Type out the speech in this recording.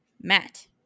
Matt